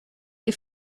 est